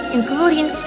including